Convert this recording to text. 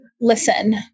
Listen